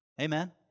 Amen